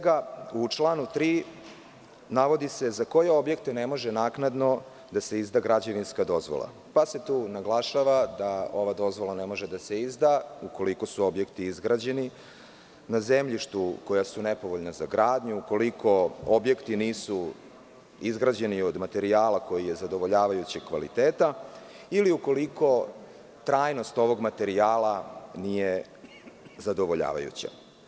U članu 3. navodi se za koje objekte ne može naknadno da se izda građevinska dozvola, pa se tu naglašava da ova dozvola ne može da se izda ukoliko su objekti izgrađeni na zemljištima koja su nepovoljna za gradnju, ukoliko objekti nisu izgrađeni od materijala koji je zadovoljavajućeg kvaliteta ili ukoliko trajnost ovog materijala nije zadovoljavajuća.